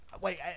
Wait